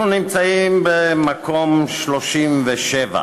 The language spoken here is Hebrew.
אנחנו נמצאים במקום 37,